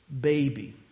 baby